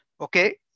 okay